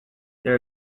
there